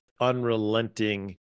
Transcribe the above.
unrelenting